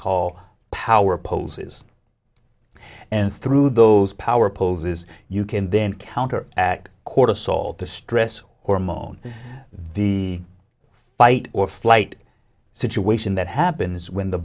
called power poses and through those power poses you can then counter at cortisol the stress hormone the fight or flight situation that happens when the